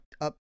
up